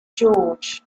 george